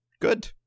good